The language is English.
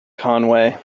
conway